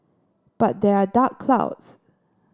but there are dark clouds